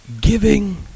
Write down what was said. giving